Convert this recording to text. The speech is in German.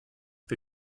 wir